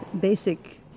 basic